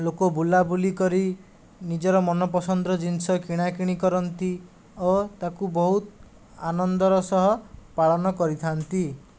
ଲୋକ ବୁଲାବୁଲି କରି ନିଜର ମନପସନ୍ଦର ଜିନିଷ କିଣାକିଣି କରନ୍ତି ଓ ତାକୁ ବହୁତ ଆନନ୍ଦର ସହ ପାଳନ କରିଥାନ୍ତି